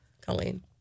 Colleen